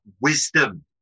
wisdom